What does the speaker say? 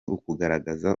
ukugaragaza